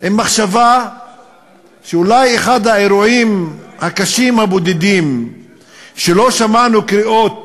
עם מחשבה שאולי אחד האירועים הקשים הבודדים שלא שמענו בהם קריאות